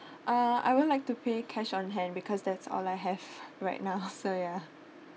uh I would like to pay cash on hand because that's all I have right now so ya